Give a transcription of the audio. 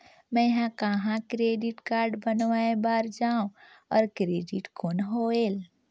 मैं ह कहाँ क्रेडिट कारड बनवाय बार जाओ? और क्रेडिट कौन होएल??